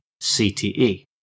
CTE